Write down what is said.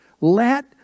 let